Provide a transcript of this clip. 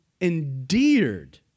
endeared